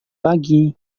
pagi